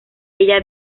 ella